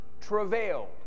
travailed